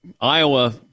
Iowa